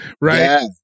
right